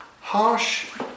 harsh